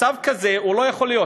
מצב כזה לא יכול להיות.